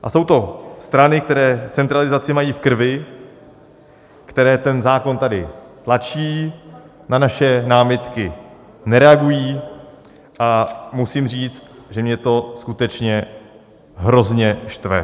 A jsou to strany, které centralizaci mají v krvi, které ten zákon tady tlačí, na naše námitky nereagují, a musím, říct, že mě to skutečně hrozně štve.